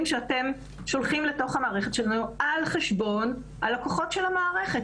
שהם שולחים לתוך המערכת שלנו על חשבון הלקוחות של המערכת.